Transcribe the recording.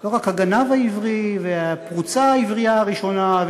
לא רק הגנב העברי והפרוצה העברייה הראשונה,